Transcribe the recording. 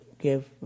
give